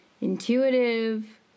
intuitive